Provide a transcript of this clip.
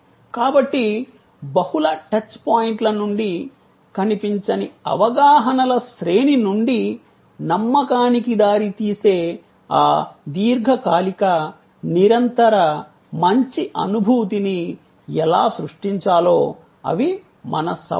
కాబట్టి బహుళ టచ్ పాయింట్ల నుండి కనిపించని అవగాహనల శ్రేణి నుండి నమ్మకానికి దారితీసే ఈ దీర్ఘకాలిక నిరంతర మంచి అనుభూతిని ఎలా సృష్టించాలో అవి మన సవాళ్లు